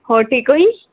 ਹੋਰ ਠੀਕ ਹੋ ਜੀ